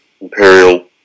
Imperial